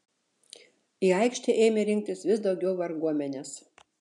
į aikštę ėmė rinktis vis daugiau varguomenės